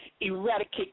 eradicate